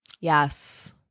Yes